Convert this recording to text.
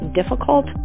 difficult